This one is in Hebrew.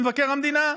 למבקר המדינה.